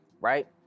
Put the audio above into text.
Right